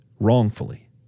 wrongfully